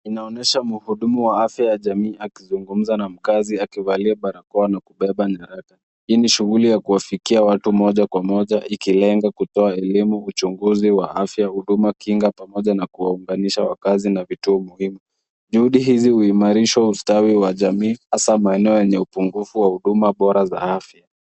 Inaonyesha mhudumu wa afya ya jamii akizungumza na mkaazi akivalia barakoa na kubeba nyaraka. Hii ni shuguli ya kufikia watu moja kwa moja ikilenga kutoa elimu, uchunguzi wa afya, hudum, kinga pamoja na kuwaunganisha wakaazi na vituo muhimu. Juhudi hizi huimarisha ustawi wa jamii, hasaa maeneo enye upungufu wa huduma bora za afya.